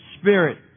Spirit